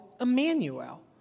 Emmanuel